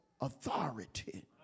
authority